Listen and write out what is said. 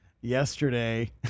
yesterday